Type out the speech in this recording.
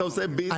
אתה עושה ביזנס?